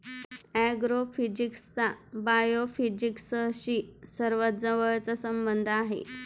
ऍग्रोफिजिक्सचा बायोफिजिक्सशी सर्वात जवळचा संबंध आहे